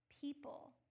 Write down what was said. people